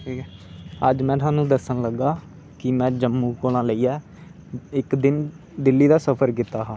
ठीक ऐ अज में थुआनू दस्सन लगा कि में जम्मू कोला लेइयै इक दिन दिल्ली दा सफर कीता हा